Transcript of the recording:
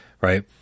right